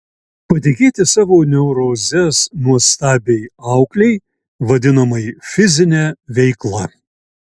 patikėti savo neurozes nuostabiai auklei vadinamai fizine veikla